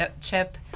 Chip